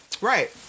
Right